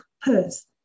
purse